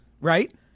right